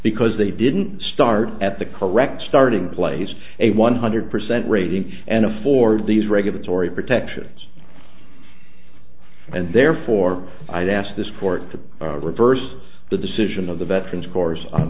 because they didn't start at the correct starting place a one hundred percent rating and afford these regulatory protections and therefore i'd ask this court to reverse the decision of the veterans corps on